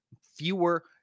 fewer